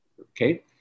Okay